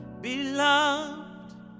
Beloved